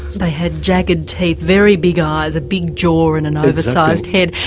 they had jagged teeth, very big ah eyes, a big jaw and an oversized head.